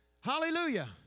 Hallelujah